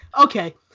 Okay